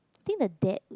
think the dad